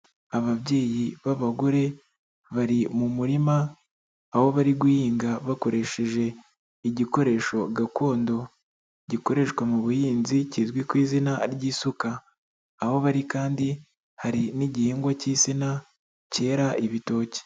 Ababyeyi b'abagore bari mu murima aho bari guhinga bakoresheje igikoresho gakondo, gikoreshwa mu buhinzi kizwi ku izina ry'isuka, aho bari kandi hari n'igihingwa cy'insina cyera ibitoki.